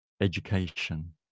Education